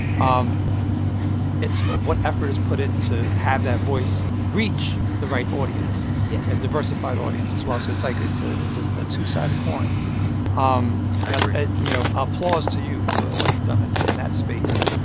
um what effort is put in to have that voice reach the right audience. yes. a diversified audience as well? so it's like it's ah it's ah a two-sided coin um i agree you know, applause to you for all you've done and in that space.